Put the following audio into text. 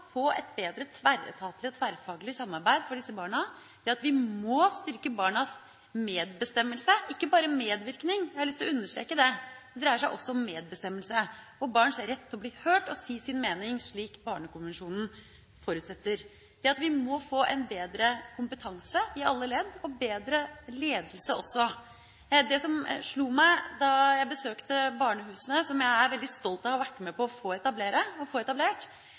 få et bedre tverretatlig og tverrfaglig samarbeid for disse barna, og vi må styrke barnas medbestemmelse – ikke bare medvirkning, jeg har lyst til å understreke det. Det dreier seg om medbestemmelse og barns rett til å bli hørt og til å si sin mening, slik Barnekonvensjonen forutsetter. Vi må få bedre kompetanse i alle ledd og også bedre ledelse. Det som slo meg da jeg besøkte et av barnehusene – som jeg er veldig stolt av å ha vært med på å få